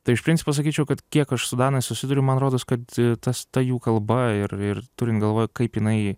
tai iš principo sakyčiau kad kiek aš su danais susiduriu man rodos kad tas ta jų kalba ir ir turin galvoj kaip jinai